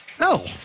No